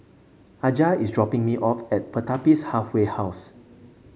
Aja is dropping me off at Pertapis Halfway House